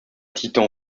titan